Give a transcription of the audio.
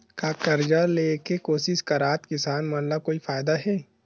का कर्जा ले के कोशिश करात किसान मन ला कोई फायदा हे?